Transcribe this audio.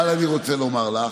אבל אני רוצה לומר לך,